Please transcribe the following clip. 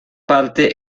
parte